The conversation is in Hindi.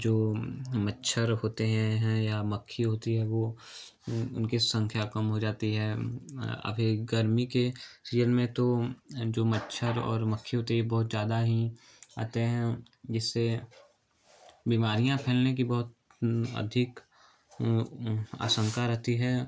जो मच्छर होते हैं हैं या मक्खी होती है वे उनकी संख्या कम हो जाती है अभी गर्मी के सीजन में तो जो मच्छर और मक्खी होते हैं ये बहुत ज़्यादा ही आते हैं जिससे बीमारियाँ फैलने की बहुत अधिक आशंका रहती है